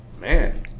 Man